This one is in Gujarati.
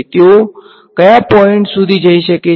તેઓ કયાં પોઈંટ સુધી જઈ શકે છે